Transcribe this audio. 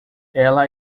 ela